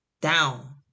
down